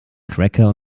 cracker